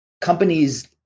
companies